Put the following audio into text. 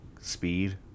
speed